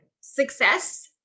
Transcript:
success